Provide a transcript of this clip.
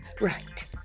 Right